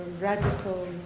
radical